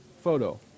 photo